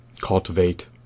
cultivate